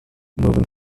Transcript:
moving